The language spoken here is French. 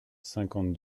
cinquante